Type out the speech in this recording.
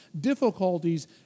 difficulties